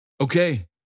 Okay